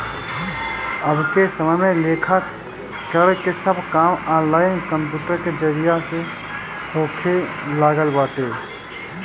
अबके समय में लेखाकरण के सब काम ऑनलाइन कंप्यूटर के जरिया से होखे लागल बाटे